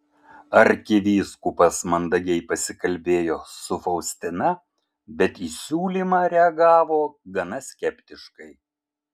arkivyskupas mandagiai pasikalbėjo su faustina bet į siūlymą reagavo gana skeptiškai